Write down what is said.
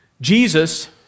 Jesus